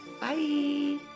Bye